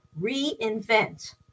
reinvent